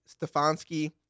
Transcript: Stefanski